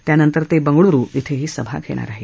त्यानंतर ते बंगळुरु इथं सभा घेणार आहेत